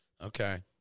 Okay